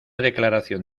declaración